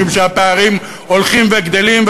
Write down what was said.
משום שהפערים הולכים וגדלים,